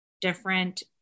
different